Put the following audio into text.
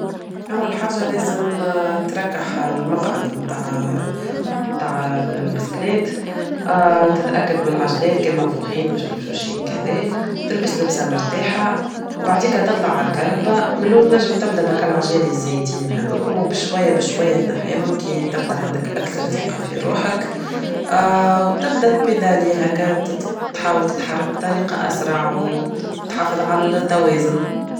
اول حاجة لازم تركح المقعد متاع البيسكلات تتأكد من العجلات كان منفوخين مش مفشوشين كدا تلبس لبسة مرتاحة بعديكا تطلع عل كهربا ملول تنجم تبدا بك العجالي الزايدين هدوك و بشوية بشوية تنحيهم كي تبدا عندك اكثر ثقة في روحك و تبدا تبيدالي هكا تحاول تتحرك بطريقة اسرع و تحافظ على التوازن